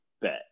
bet